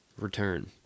return